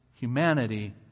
humanity